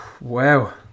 Wow